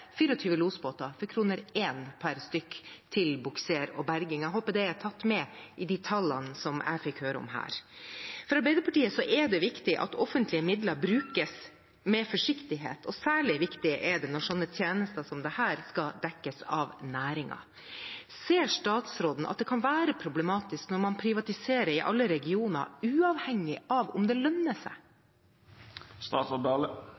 losbåter for 1 kr per stykk til Buksér og Berging AS. Jeg håper det er tatt med i de tallene jeg fikk høre om her. For Arbeiderpartiet er det viktig at offentlige midler brukes med forsiktighet, og særlig viktig er det når slike tjenester som dette skal dekkes av næringen. Ser statsråden at det kan være problematisk når man privatiserer i alle regioner, uavhengig av om det